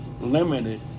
limited